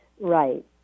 Right